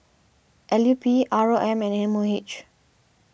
L U P R O M and M O H